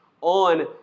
on